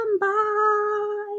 Bye